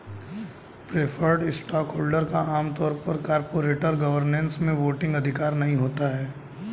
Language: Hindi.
प्रेफर्ड स्टॉकहोल्डर का आम तौर पर कॉरपोरेट गवर्नेंस में वोटिंग अधिकार नहीं होता है